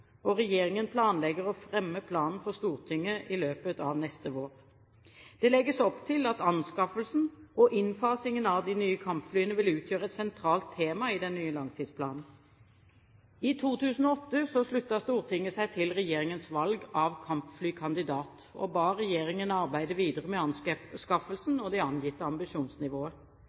Regjeringen planlegger å fremme planen for Stortinget i løpet av våren neste år. Det legges opp til at anskaffelsen og innfasingen av de nye kampflyene vil utgjøre et sentralt tema i den nye langtidsplanen. I 2008 sluttet Stortinget seg til regjeringens valg av kampflykandidat og ba regjeringen arbeide videre med anskaffelsen og det angitte ambisjonsnivået.